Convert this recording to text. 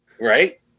Right